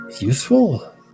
Useful